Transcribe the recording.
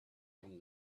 from